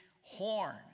horn